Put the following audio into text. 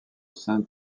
saint